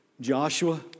Joshua